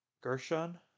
Gershon